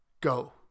Go